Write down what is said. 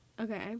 Okay